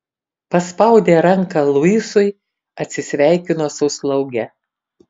paspaudė ranką luisui atsisveikino su slauge